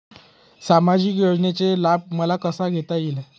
सामाजिक योजनेचा लाभ मला कसा घेता येईल?